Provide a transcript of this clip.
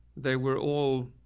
they were all.